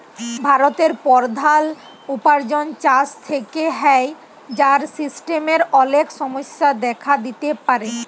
ভারতের প্রধাল উপার্জন চাষ থেক্যে হ্যয়, যার সিস্টেমের অলেক সমস্যা দেখা দিতে পারে